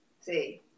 See